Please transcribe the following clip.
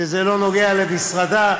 שזה לא נוגע למשרדה.